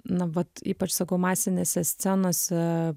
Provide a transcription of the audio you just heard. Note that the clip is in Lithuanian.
na vat ypač sakau masinėse scenose